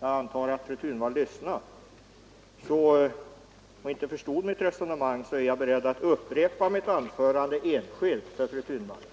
antar att hon lyssnade, är jag beredd att upprepa mitt anförande enskilt för fru Thunvall.